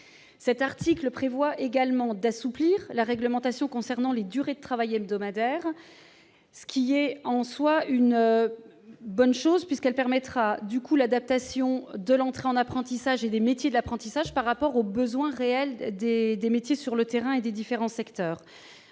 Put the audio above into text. Cet article prévoit également d'assouplir la réglementation applicable à la durée de travail hebdomadaire, ce qui est en soi une bonne chose. Cela permettra d'adapter l'entrée en apprentissage et les métiers de l'apprentissage aux besoins réels et concrets du terrain et des différents secteurs.